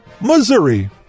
Missouri